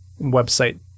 website